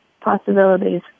possibilities